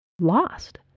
lost